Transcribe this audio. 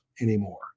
anymore